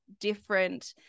different